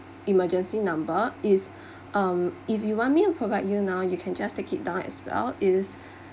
emergency number is um if you want me to provide you now you can just take it down as well it's